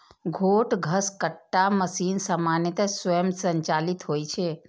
छोट घसकट्टा मशीन सामान्यतः स्वयं संचालित होइ छै